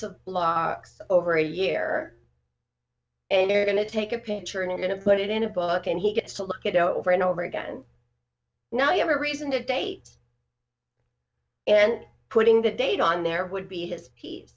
blocks over a year and they're going to take a picture and i'm going to put it in a book and he gets to look it over and over again now you have a reason to date and putting the date on there would be his